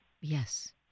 Yes